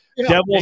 Devils